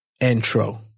Intro